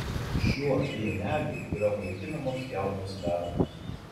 šiuo pieneliu yra maitinamos jaunos lervos